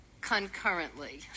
concurrently